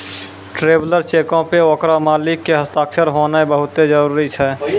traveller चेको पे ओकरो मालिक के हस्ताक्षर होनाय बहुते जरुरी छै